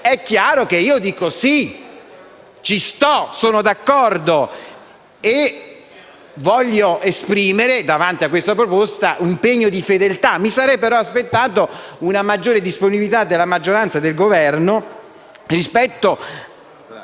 è chiaro che io dico “sì”, “ci sto”, “sono d’accordo”. E voglio esprimere davanti a questa proposta un pegno di fedeltà. Mi sarei però aspettato una maggiore disponibilità della maggioranza e del Governo rispetto